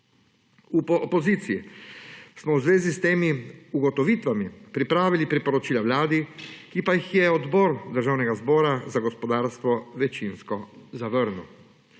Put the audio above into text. V opoziciji smo v zvezi s temi ugotovitvami pripravili priporočila Vladi, ki pa jih je Odbor Državnega zbora za gospodarstvo večinsko zavrnil.